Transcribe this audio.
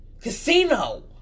Casino